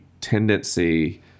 tendency